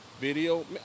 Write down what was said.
video